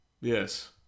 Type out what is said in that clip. Yes